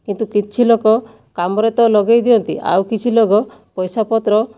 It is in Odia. କିନ୍ତୁ କିଛି ଲୋକ କାମରେ ତ ଲଗାଇ ଦିଅନ୍ତି ଆଉ କିଛି ଲୋକ ପଇସା ପତ୍ର